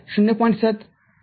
७तर ०